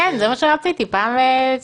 כן, זה מה שרציתי, פעם לסיעה.